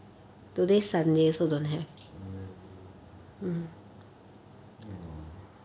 oh !wah!